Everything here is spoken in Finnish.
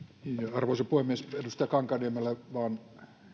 arvoisa puhemies edustaja kankaanniemelle vain